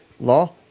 law